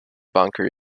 bunker